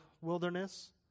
wilderness